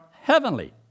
heavenly